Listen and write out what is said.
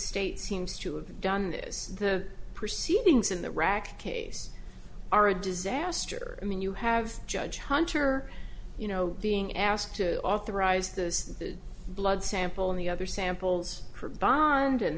state seems to have done is the proceedings in the rock case are a disaster i mean you have judge hunter you know being asked to authorize those blood sample and the other samples for bond and